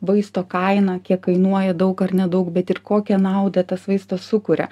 vaisto kainą kiek kainuoja daug ar nedaug bet ir kokią naudą tas vaistas sukuria